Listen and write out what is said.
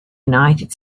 united